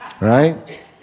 right